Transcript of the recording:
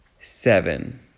seven